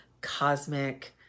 cosmic